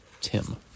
Tim